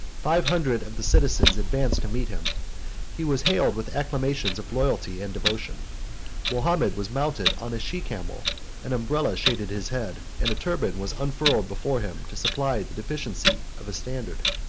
five hundred of the citizens advanced to meet him he was hailed with acclamations of loyalty and devotion mahomet was mounted on a she-camel, an umbrella shaded his head, and a turban was unfurled before him to supply the deficiency of a standard.